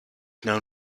known